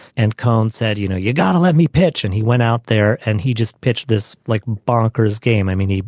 and kahn said, you know, you got to let me pitch. and he went out there and he just pitched this like bonkers game. i mean,